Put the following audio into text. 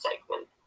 segment